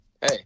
hey